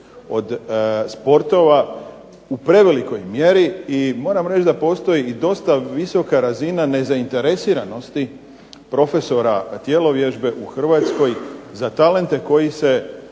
od sportova u prevelikoj mjeri i moram reći da postoji i dosta velika razina nezainteresiranosti profesora tjelovježbe u HRvatskoj za talente koji